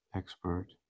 expert